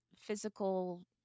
physical